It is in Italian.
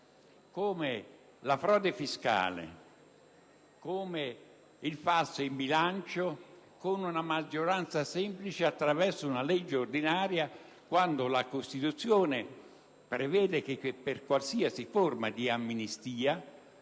come la frode fiscale o il falso in bilancio con una maggioranza semplice attraverso una legge ordinaria, quando la Costituzione prevede che per qualsiasi forma di amnistia